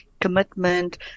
commitment